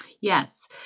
Yes